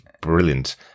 brilliant